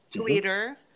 Twitter